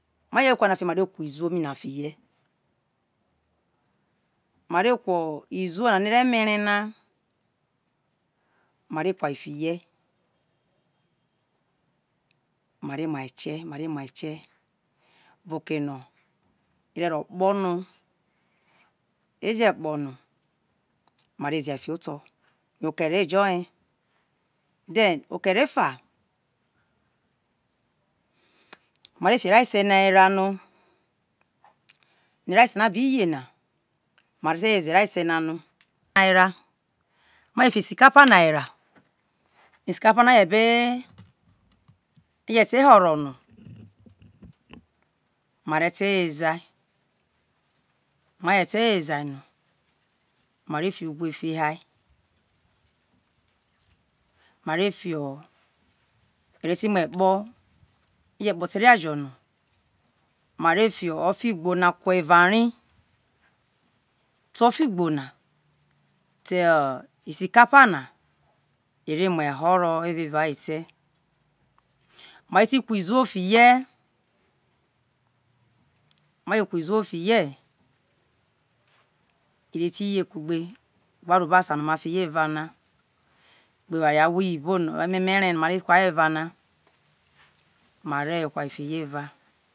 Ms je kwo ame na fi ma re kuo iziwo mi na fiye mare kuo iziwo na no ere mere na mare kua fi ye ma re mua ekie mare mua ekie bo oke no ere ro kpobi eje kpo no ma re zia fiho oto okere ejo ye then okere eda mare fi erase na era ni mare te weze erase na no era ma je di isi kapa na era isi kapa no isi kapa na je bee eje te horo no mare te wezea ma je te wezea noa re ti ugwe fia mare fio ereti muo ekpo oje kpo te oria jo no ma re fio ofigbo na kua fio eva ri to ofigbo na te kapa na ere muo ehoro eva ete ina re ti kuo iziwo fiye ma je kuo iziwo fie ire ti ye ku gbe avo avobasa no ma fi ye eva no na gbe eware uwa iyibo no emie ere na ma ve kua fiye eva